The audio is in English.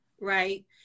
right